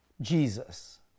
Jesus